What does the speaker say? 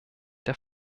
der